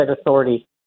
authority